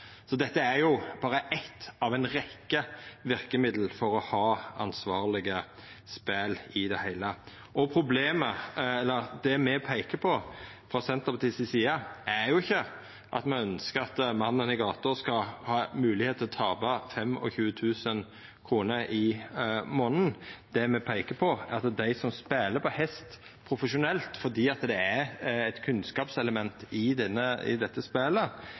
så dette er berre eitt av ei rekkje verkemiddel for å ha ansvarlege spel i det heile. Det me peikar på frå Senterpartiet si side, er ikkje at me ønskjer at mannen i gata skal ha moglegheit til å tapa 25 000 kr i månaden. Det me peikar på, er at dei som spelar på hest profesjonelt – for det er eit kunnskapselement i dette spelet